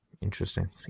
interesting